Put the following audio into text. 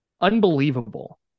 unbelievable